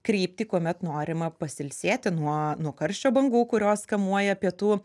kryptį kuomet norima pasiilsėti nuo nuo karščio bangų kurios kamuoja pietų